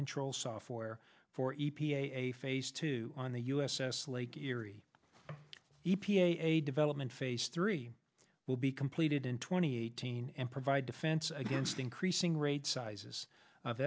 control software for e p a face to on the u s s lake erie e p a a development phase three will be completed in twenty eighteen and provide defense against increasing rate sizes of